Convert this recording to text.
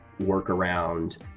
workaround